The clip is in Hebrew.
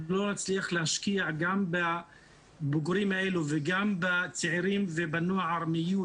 אם לא נצליח להשקיע גם בבוגרים האלו וגם בצעירים ובנוער מ-י',